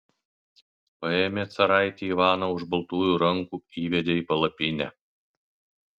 paėmė caraitį ivaną už baltųjų rankų įvedė į palapinę